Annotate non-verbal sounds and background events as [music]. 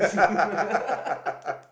[laughs]